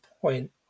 point